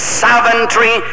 sovereignty